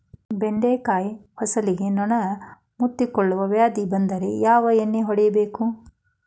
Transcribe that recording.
ಬೆಂಡೆಕಾಯ ಫಸಲಿಗೆ ನೊಣ ಮುತ್ತಿಕೊಳ್ಳುವ ವ್ಯಾಧಿ ಬಂದ್ರ ಯಾವ ಎಣ್ಣಿ ಹೊಡಿಯಬೇಕು?